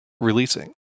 releasing